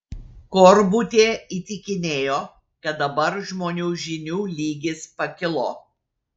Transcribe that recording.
korbutė įtikinėjo kad dabar žmonių žinių lygis pakilo